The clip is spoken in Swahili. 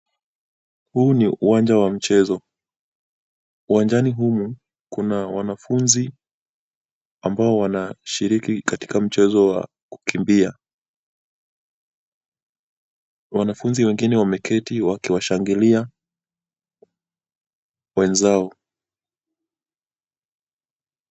Huu ni uwanja wa mchezo. Uwanjani humu kuna wanafunzi ambao wanashiriki katika mchezo wa kukimbia. Wanafunzi wengine wameketi wakiwashangilia wenzao.